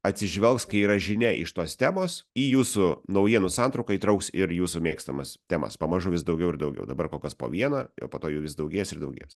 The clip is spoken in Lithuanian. atsižvelgs kai yra žinia iš tos temos į jūsų naujienų santrauką įtrauks ir jūsų mėgstamas temas pamažu vis daugiau ir daugiau dabar kokios po vieną o po to jų vis daugės ir daugės